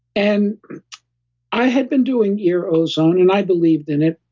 and i had been doing ear ozone, and i believed in it,